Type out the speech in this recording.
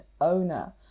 owner